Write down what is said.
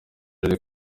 riri